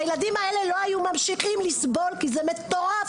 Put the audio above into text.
והילדים האלה לא היו ממשיכים לסבול כי זה מטורף.